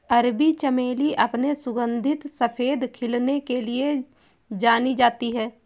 अरबी चमेली अपने सुगंधित सफेद खिलने के लिए जानी जाती है